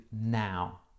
now